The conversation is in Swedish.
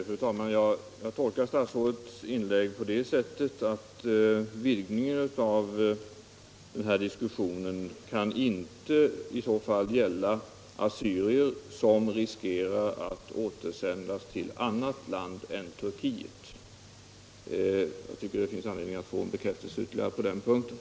Fru talman! Jag tolkar statsrådets inlägg på det sättet att vidgningen av diskussionen inte kan gälla assyrier som riskerar att återsändas till annat land än Turkiet. Det vore bra om statsrådet kunde bekräfta att den tolkningen är riktig.